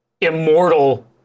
immortal